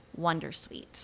Wondersuite